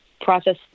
process